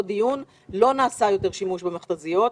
לא נעשה יותר שימוש במכת"זיות,